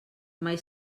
mai